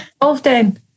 Often